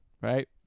right